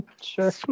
Sure